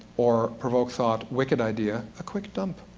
or provoke thought wicked idea, a quick dump.